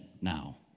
now